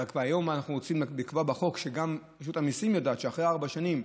היום אנחנו רוצים לקבוע בחוק שגם רשות המיסים יודעת שאחרי ארבע שנים,